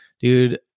dude